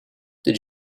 did